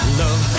love